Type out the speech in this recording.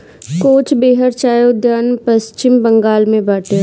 कोच बेहर चाय उद्यान पश्चिम बंगाल में बाटे